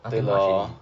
nothing much already